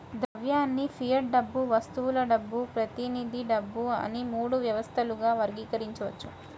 ద్రవ్యాన్ని ఫియట్ డబ్బు, వస్తువుల డబ్బు, ప్రతినిధి డబ్బు అని మూడు వ్యవస్థలుగా వర్గీకరించవచ్చు